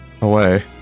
away